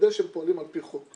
לוודא שהם פועלים על פי חוק.